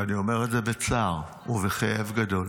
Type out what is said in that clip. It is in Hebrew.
ואני אומר את זה בצער ובכאב גדול,